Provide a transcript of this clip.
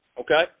Okay